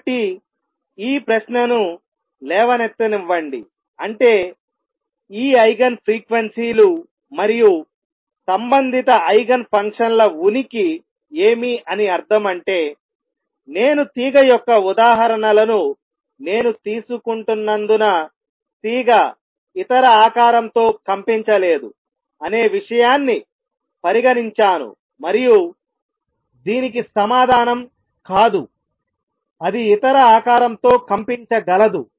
కాబట్టి ఈ ప్రశ్నను లేవనెత్తనివ్వండి అంటే ఈ ఐగెన్ ఫ్రీక్వెన్సీలు మరియు సంబంధిత ఐగెన్ ఫంక్షన్ల ఉనికి ఏమి అని అర్ధం అంటే నేను తీగ యొక్క ఉదాహరణలను నేను తీసుకుంటున్నందున తీగ ఇతర ఆకారంతో కంపించలేదు అనే విషయాన్ని పరిగణించాను మరియు దీనికి సమాధానం కాదు అది ఇతర ఆకారంతో కంపించగలదు